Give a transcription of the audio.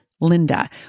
Linda